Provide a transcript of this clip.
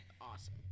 awesome